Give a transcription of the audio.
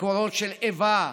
מקורות של איבה,